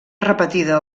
repetida